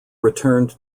returned